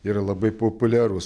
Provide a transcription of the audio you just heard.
yra labai populiarus